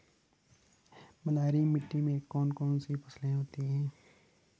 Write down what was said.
बलुई मिट्टी में कौन कौन सी फसलें होती हैं?